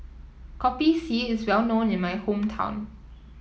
Kopi C is well known in my hometown